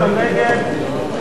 אלקטרונית,